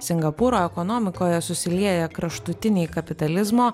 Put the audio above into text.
singapūro ekonomikoje susilieję kraštutiniai kapitalizmo